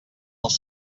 els